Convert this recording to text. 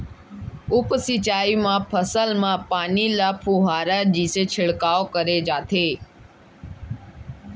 उप सिंचई म फसल म पानी ल फुहारा जइसे छिड़काव करे जाथे